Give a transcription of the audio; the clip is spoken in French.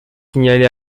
signalé